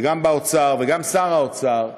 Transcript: וגם באוצר, וגם שר האוצר,